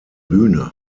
bühne